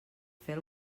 fer